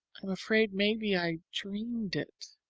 i'm afraid maybe i dreamed it.